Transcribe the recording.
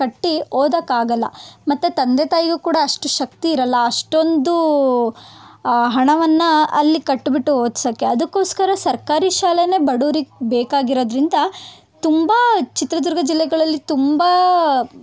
ಕಟ್ಟಿ ಓದಕ್ಕೆ ಆಗೋಲ್ಲ ಮತ್ತು ತಂದೆ ತಾಯಿಗೂ ಕೂಡ ಅಷ್ಟು ಶಕ್ತಿ ಇರೋಲ್ಲ ಅಷ್ಟೊಂದು ಹಣವನ್ನು ಅಲ್ಲಿ ಕಟ್ಟಿಬಿಟ್ಟು ಓದ್ಸೋಕ್ಕೆ ಅದಕ್ಕೋಸ್ಕರ ಸರ್ಕಾರಿ ಶಾಲೆಯೇ ಬಡವ್ರಿಗೆ ಬೇಕಾಗಿರೋದರಿಂದ ತುಂಬ ಚಿತ್ರದುರ್ಗ ಜಿಲ್ಲೆಗಳಲ್ಲಿ ತುಂಬ